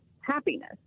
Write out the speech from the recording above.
happiness